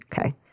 Okay